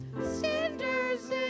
cinders